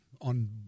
On